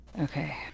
Okay